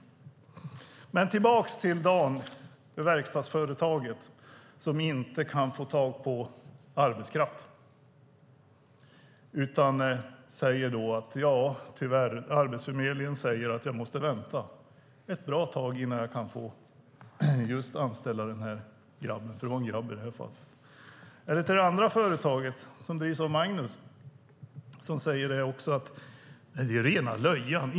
Men jag vill gå tillbaka till Dan i verkstadsföretaget som inte kan få tag på arbetskraft. Han säger: Tyvärr, Arbetsförmedlingen säger att jag måste vänta ett bra tag innan jag kan få anställa den här grabben. Det var en grabb i det här fallet. Det andra företaget drivs av Magnus som säger: Det är löjeväckande.